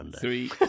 Three